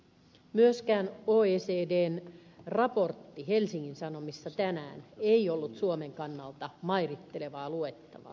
myöskään oecdn raportti helsingin sanomissa tänään ei ollut suomen kannalta mairittelevaa luettavaa